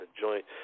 joint